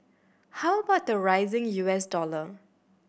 how about the rising U S dollar